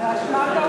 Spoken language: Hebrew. בממשלה לא